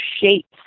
shapes